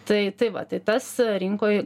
tai tai va tai tas rinkoj